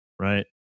Right